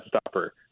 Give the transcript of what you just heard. stopper